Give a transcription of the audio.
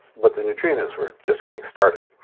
but the neutrinos were just getting started.